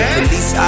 Police